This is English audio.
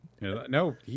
No